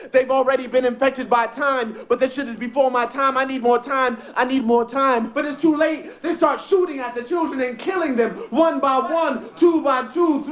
they've already been infected by time. but that shit is before my time. i need more time. i need more time. but it's too late. they start shooting at the children and killing them one by one, two by two,